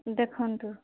ଦେଖନ୍ତୁ